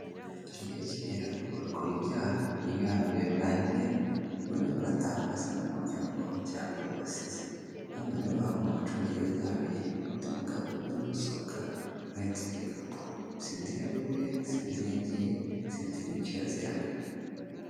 Hari igihe kigera ugakora ibyaho iyo ibihano byawe birangiye ubwo nyine urataha ugasanga umuryango wawe cyangwa abo wasize, hano rero urahabona abacungagereza babiri n'undi mugabo umwe uri gusohoka uhetse igikapu sinzi iyo avuye, sinzi iyo agiye, zinzi n'icyo yaziraga.